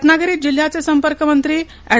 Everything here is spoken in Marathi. रत्नागिरीत जिल्ह्याचे संपर्कमंत्री एड